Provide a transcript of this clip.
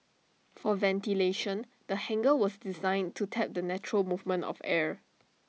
for ventilation the hangar was designed to tap the natural movement of air